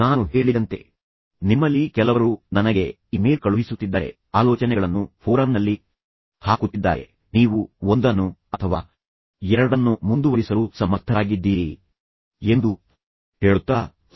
ನಾನು ಹೇಳಿದಂತೆ ನಿಮ್ಮಲ್ಲಿ ಕೆಲವರು ನನಗೆ ಇಮೇಲ್ ಕಳುಹಿಸುತ್ತಿದ್ದಾರೆ ಆಲೋಚನೆಗಳನ್ನು ಫೋರಂನಲ್ಲಿ ಹಾಕುತ್ತಿದ್ದಾರೆ ನೀವು ಒಂದನ್ನು ಅಥವಾ ಎರಡನ್ನು ಮುಂದುವರಿಸಲು ಸಮರ್ಥರಾಗಿದ್ದೀರಿ ಎಂದು ಹೇಳುತ್ತಾ "ಸರ್ ನಾವು ಸಿಕ್ಕಿಹಾಕಿಕೊಂಡಿದ್ದೇವೆ ಹೇಗೆ ಮುಂದುವರಿಸಬೇಕು ಎಂದು ನಮಗೆ ತಿಳಿಸಿ